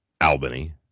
Albany